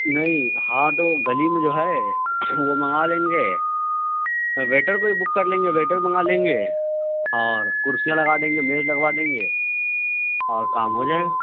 نہیں ہاں تو گلی میں جو ہے وہ منگا لیں گے ویٹر کو ہی بک کر لیں گے ویٹر منگا لیں گے اور کُرسیاں لگا دیں گے میز لگوا دیں گے اور کام ہو جائے گا